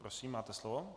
Prosím, máte slovo.